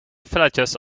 villages